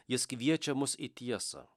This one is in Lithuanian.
jis kviečia mus į tiesą